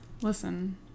Listen